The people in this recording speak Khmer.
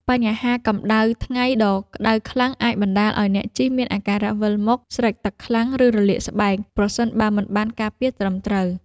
បញ្ហាកម្ដៅថ្ងៃដ៏ក្ដៅខ្លាំងអាចបណ្ដាលឱ្យអ្នកជិះមានអាការៈវិលមុខ ស្រេកទឹកខ្លាំង ឬរលាកស្បែក ប្រសិនបើមិនបានការពារត្រឹមត្រូវ។